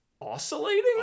Oscillating